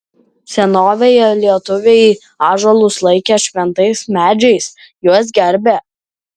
senovėje lietuviai ąžuolus laikė šventais medžiais juos gerbė